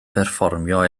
perfformio